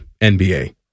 NBA